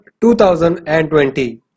2020